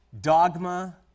dogma